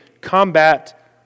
combat